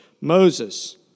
Moses